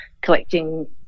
collecting